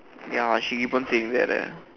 ya she even says that leh